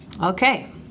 Okay